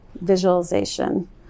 visualization